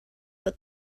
but